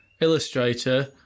Illustrator